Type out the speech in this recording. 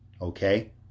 Okay